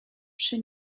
przy